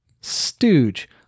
Stooge